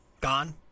gone